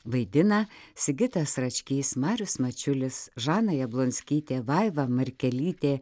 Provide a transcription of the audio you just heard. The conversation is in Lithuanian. vaidina sigitas račkys marius mačiulis žana jablonskytė vaiva markelytė